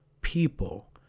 people